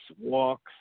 walks